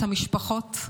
את המשפחות,